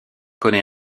connait